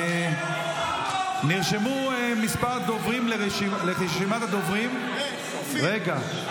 נרשמו כמה דוברים ברשימת הדוברים, רגע.